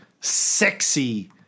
sexy